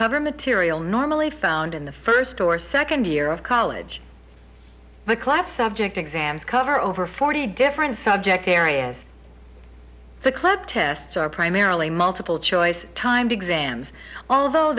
cover material normally found in the first or second year of college the class subject exams cover over forty different subject areas the click tests are primarily multiple choice time to examine although